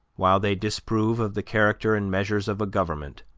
while they disapprove of the character and measures of a government,